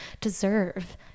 deserve